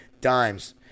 Dimes